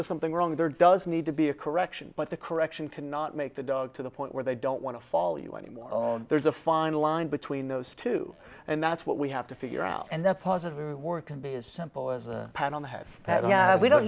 does something wrong there does need to be a correction but the correction cannot make the dog to the point where they don't want to follow you anymore there's a fine line between those two and that's what we have to figure out and that's positive or can be as simple as a